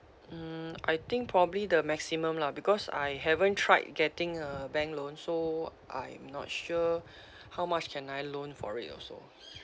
hmm I think probably the maximum lah because I haven't tried getting a bank loan so I'm not sure how much can I loan for it also